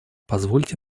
позвольте